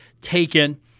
taken